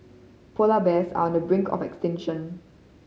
polar bears are on the brink of extinction